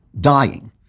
dying